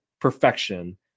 perfection